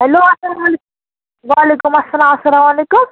hello اسلامُ علیکُم وعلیکُم اسلام اسلامُ علیکُم